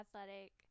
athletic